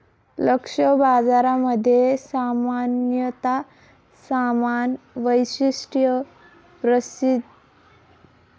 लक्ष्य बाजारामध्ये सामान्यता समान वैशिष्ट्ये प्रदर्शित करणारे ग्राहक असतत